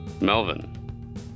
Melvin